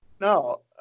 No